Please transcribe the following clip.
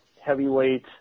heavyweight